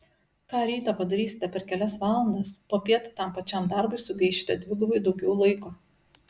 ką rytą padarysite per kelias valandas popiet tam pačiam darbui sugaišite dvigubai daugiau laiko